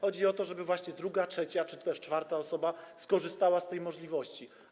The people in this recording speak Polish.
Chodzi o to, żeby właśnie druga, trzecia czy też czwarta osoba skorzystała z tej możliwości.